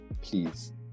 Please